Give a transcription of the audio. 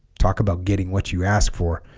talk about getting what you ask for